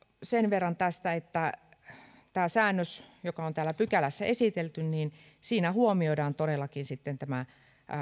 sen verran tästä että tässä säännöksessä joka on täällä pykälässä esitelty huomioidaan todellakin tämä